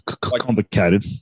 Complicated